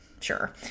sure